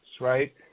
right